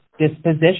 disposition